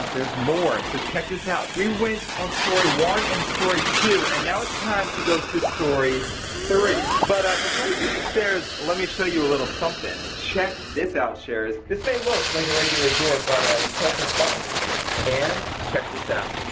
there's more. so, check this out. we went on story one and story two. and now it's time to go to story three. but before we take the stairs, let me show you a little something. check this out sharers. this may look like a regular door, but you press this button and check this out.